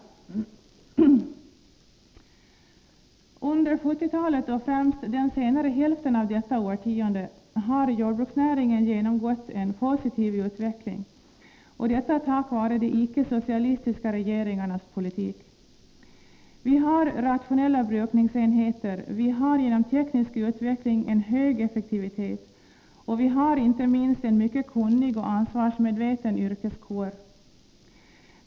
Under 1970-talet, och främst den senare hälften av detta årtionde, har jordbruksnäringen genomgått en positiv utveckling — detta tack vare de icke-socialistiska regeringarnas politik. Vi har rationella brukningsenheter, vi har genom teknisk utveckling en hög effektivitet och vi har, inte minst, en mycket kunnig och ansvarsmedveten yrkeskår.